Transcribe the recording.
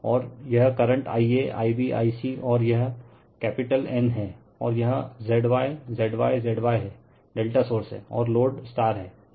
और यह current I aIb I c और यह कैपिटल N है और यह ZyZy Zyहैं ∆ सोर्स हैं और लोड है